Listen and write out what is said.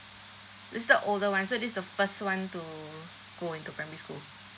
is the older one so this is the first one to go into primary school